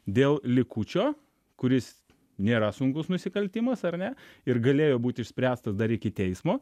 dėl likučio kuris nėra sunkus nusikaltimas ar ne ir galėjo būti išspręstas dar iki teismo